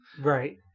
Right